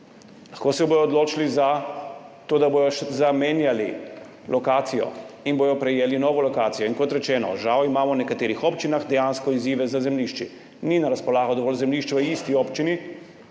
lahko se bodo odločili za to, da bodo zamenjali lokacijo in bodo prejeli novo lokacijo. Kot rečeno, žal imamo v nekaterih občinah dejansko izzive z zemljišči, ni na razpolago toliko zemljišč v isti občini,